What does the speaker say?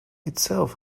itself